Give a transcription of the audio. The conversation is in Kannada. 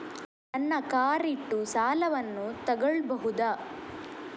ನನ್ನ ಕಾರ್ ಇಟ್ಟು ಸಾಲವನ್ನು ತಗೋಳ್ಬಹುದಾ?